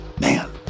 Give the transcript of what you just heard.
Man